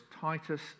Titus